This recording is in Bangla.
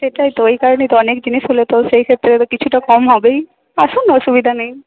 সেটাই তো এই কারণেই তো অনেক জিনিস হলে তো সেই ক্ষেত্রে তো কিছুটা কম হবেই আসুন অসুবিধা নেই